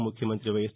ముఖ్యమంత్రి వైఎస్